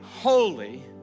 holy